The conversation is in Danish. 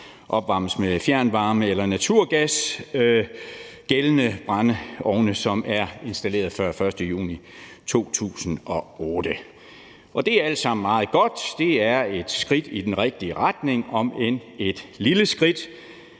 opvarmes med fjernvarme eller naturgas, og det gælder brændeovne, som er installeret før den 1. juni 2008. Det er alt sammen meget godt; det er et skridt i den rigtige retning, om end et lille skridt